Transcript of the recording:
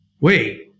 wait